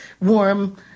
warm